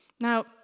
Now